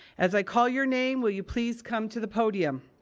as i call your name, will you please come to the podium?